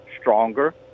stronger